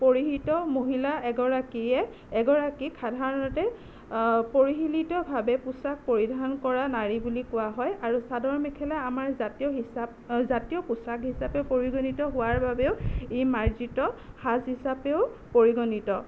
পৰিহিত মহিলা এগৰাকীয়ে এগৰাকীক সাধাৰণতে পৰিসীমিতভাৱে পোচাক পৰিধান কৰা নাৰী বুলি কোৱা হয় আৰু চাদৰ মেখেলা আমাৰ জাতীয় হিচাপ জাতীয় পোচাক হিচাপে পৰিগণিত হোৱাৰ বাবেও ই মাৰ্জিত সাজ হিচাপেও পৰিগণিত